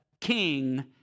king